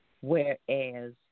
whereas